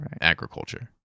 agriculture